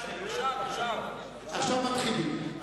עכשיו מתחילים.